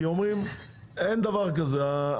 כי אומרים אין דבר כזה,